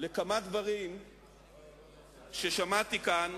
כמה דברים ששמעתי כאן